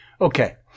Okay